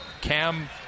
Cam